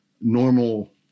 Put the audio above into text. normal